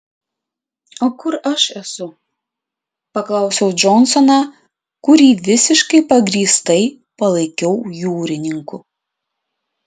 o kur aš esu paklausiau džonsoną kurį visiškai pagrįstai palaikiau jūrininku